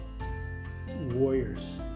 warriors